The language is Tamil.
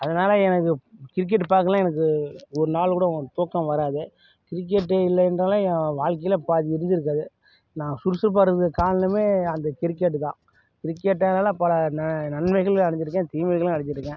அதனால் எனக்கு கிரிக்கெட்டு பார்க்கல எனக்கு ஒரு நாள் கூட தூக்கம் வராது கிரிக்கெட்டு இல்லை என்றாலே என் வாழ்க்கையில பாதி இருந்திருக்காது நான் சுறுசுறுப்பாக இருக்கிறது காரணமே அந்த கிரிக்கெட்டு தான் கிரிக்கெட்டுனால பல ந நன்மைகளையும் அடைஞ்சுருக்கேன் தீமைகளையும் அடைஞ்சுருக்கேன்